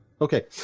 Okay